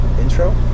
intro